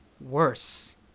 worse